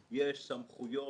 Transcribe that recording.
הכול ייגנז.